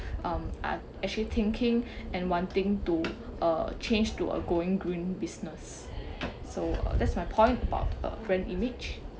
um are actually thinking and wanting to uh change to a going green business so that's my point about uh brand image